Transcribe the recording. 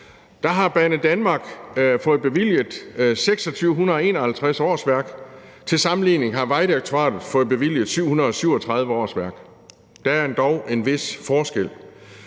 så har Banedanmark fået bevilget 2.651 årsværk – til sammenligning har Vejdirektoratet fået bevilget 737 årsværk. Der er dog en vis forskel.